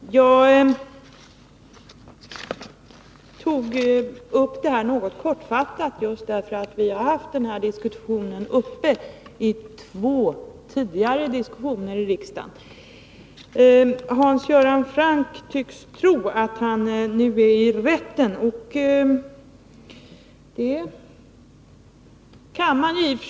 Herr talman! Jag tog upp detta något kortfattat just därför att vi har haft den här diskussionen uppe två gånger tidigare här i riksdagen. Hans Göran Franck tycks tro att han nu är i rätten.